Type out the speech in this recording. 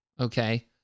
Okay